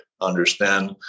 understand